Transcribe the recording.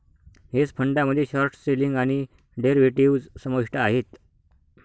hedge फंडामध्ये short selling आणि derivatives समाविष्ट आहेत